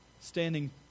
standing